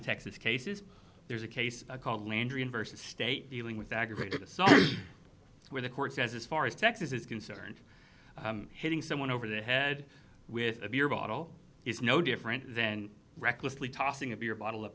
texas cases there's a case called landry in versus state dealing with aggravated assault where the court says as far as texas is concerned hitting someone over the head with a beer bottle is no different than recklessly tossing a beer bottle up